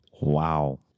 Wow